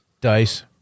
Dice